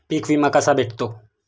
पीक विमा कसा भेटतो?